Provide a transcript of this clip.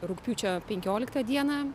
rugpjūčio penkioliktą dieną